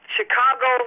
Chicago